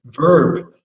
verb